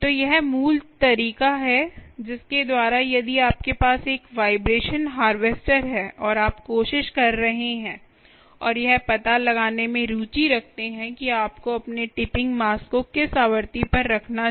तो यह मूल तरीका है जिसके द्वारा यदि आपके पास एक वाइब्रेशन हारवेस्टर है और आप कोशिश कर रहे हैं और यह पता लगाने में रुचि रखते हैं कि आपको अपने टिपिंग मास को किस आवृत्ति पर रखना चाहिए